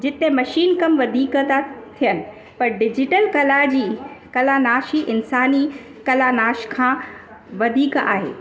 जिते मशीन कम वधीक था थियनि पर डिजिटल कला जी कला नाशी इन्सानी कलानाश खां वधीक आहे